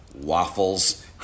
waffles